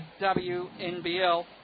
WNBL